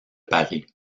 paris